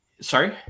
Sorry